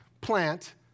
plant